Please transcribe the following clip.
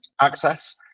access